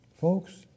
Folks